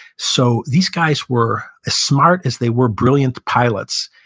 so these guys were as smart as they were brilliant pilots.